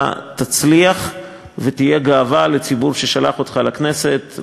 אתה תצליח ותהיה גאווה לציבור ששלח אותך לכנסת,